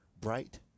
bright